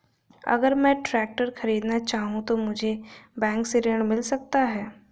अगर मैं ट्रैक्टर खरीदना चाहूं तो मुझे बैंक से ऋण मिल सकता है?